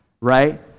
right